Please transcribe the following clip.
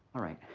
all right,